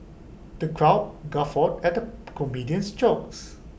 the crowd guffawed at the comedian's jokes